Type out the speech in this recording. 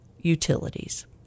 utilities